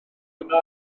yna